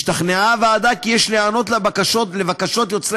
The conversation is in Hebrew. השתכנעה הוועדה כי יש להיענות לבקשות יוצרי